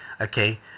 okay